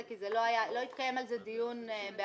כי לא התקיים על זה דיון בעבר.